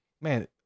man